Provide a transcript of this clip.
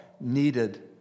needed